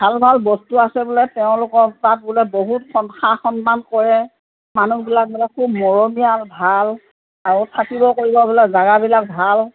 ভাল ভাল বস্তু আছে বোলে তেওঁলোকৰ তাত বোলে বহুত সা সন্মান কৰে মানুহবিলাক বোলে খুব মৰমীয়াল ভাল আৰু থাকিব কৰিব বোলে জেগাবিলাক ভাল